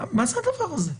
מה זה הדבר הזה?